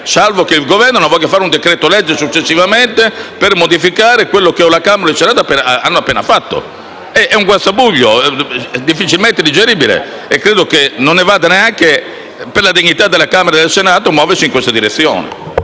salvo che il Governo non voglia presentare successivamente un decreto-legge per modificare quello che Camera e Senato hanno appena fatto. È un guazzabuglio difficilmente digeribile e credo che non serva neanche alla dignità della Camera e del Senato muoversi in questa direzione.